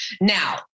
Now